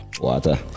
water